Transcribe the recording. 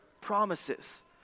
promises